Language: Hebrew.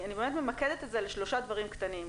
אני באמת ממקדת את זה לשלושה דברים קטנים.